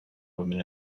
women